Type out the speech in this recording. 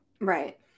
Right